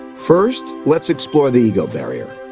first, let's explore the ego barrier.